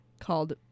Called